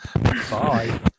bye